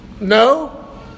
No